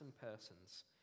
persons